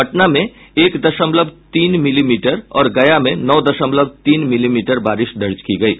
पटना में एक दशमलव तीन मिलीमीटर और गया में नौ दशमलव तीन मिलीमीटर बारिश दर्ज की गयी